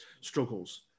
struggles